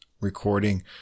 recording